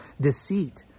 Deceit